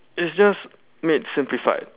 it's just made simplified